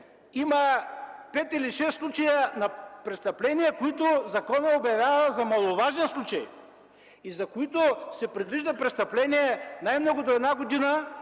има пет или шест случая на престъпления, които законът обявява за маловажен случай и за които се предвижда наказание най-много до една година